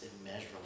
immeasurable